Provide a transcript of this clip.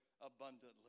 abundantly